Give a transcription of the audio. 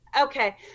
Okay